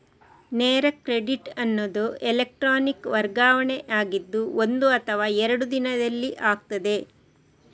ನೇರ ಕ್ರೆಡಿಟ್ ಅನ್ನುದು ಎಲೆಕ್ಟ್ರಾನಿಕ್ ವರ್ಗಾವಣೆ ಆಗಿದ್ದು ಒಂದು ಅಥವಾ ಎರಡು ದಿನದಲ್ಲಿ ಆಗ್ತದೆ